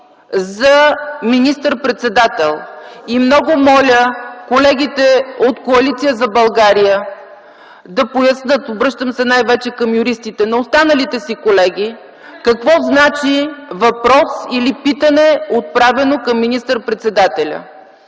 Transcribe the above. за министър-председател. Много моля колегите от Коалиция за България да пояснят (обръщам се най-вече към юристите) на останалите си колеги какво означава въпрос или питане, отправено към министър-председателя.